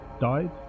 died